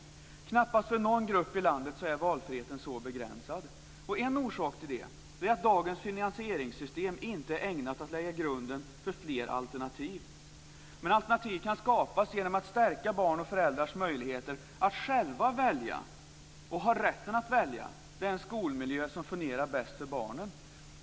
Knappast för någon grupp i landet är valfriheten så begränsad. En orsak till det är att dagens finansieringssystem inte är ägnat att lägga grunden för fler alternativ. Men alternativ kan skapas genom att stärka barns och föräldrars rätt att själva välja den skolmiljö som fungerar bäst för barnen.